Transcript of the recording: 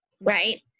right